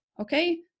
okay